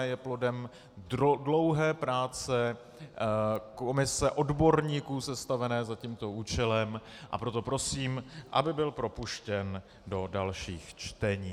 Je plodem dlouhé práce komise odborníků sestavené za tímto účelem, a proto prosím, aby byl propuštěn do dalších čtení.